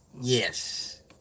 Yes